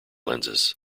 lenses